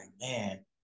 man